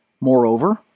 Moreover